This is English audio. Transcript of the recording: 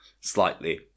slightly